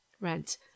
rent